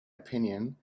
opinion